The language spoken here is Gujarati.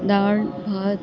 દાળ ભાત